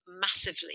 massively